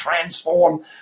transform